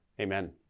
Amen